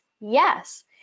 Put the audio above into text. yes